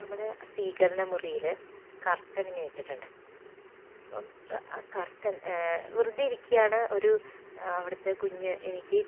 നമ്മുടെ സ്വീകരണ മുറിയിലെ കർട്ടൻ ഇങ്ങനെ ഇട്ടിട്ടുണ്ട് അപ്പം ആ കർട്ടൻ വെറുതെ ഇരിക്കുകയാണ് ഒരു അവിടത്തെ കുഞ്ഞ് എനിക്ക്